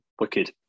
Wicked